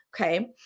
Okay